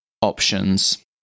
options